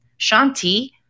Shanti